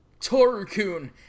Torukun